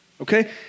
okay